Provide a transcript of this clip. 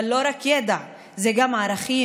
אבל לא רק ידע: זה גם ערכים,